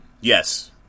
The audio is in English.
Yes